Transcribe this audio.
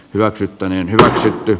hyväksyttäneen hyväksytty